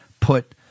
put –